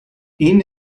این